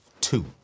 two